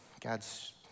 God's